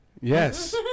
Yes